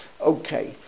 Okay